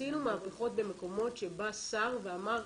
עשינו מהפכות במקומות שבא שר ואמר,